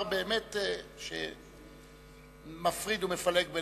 דבר שמפריד ומפלג בינינו.